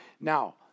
now